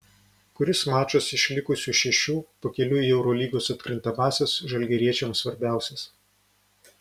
kuris mačas iš likusių šešių pakeliui į eurolygos atkrintamąsias žalgiriečiams svarbiausias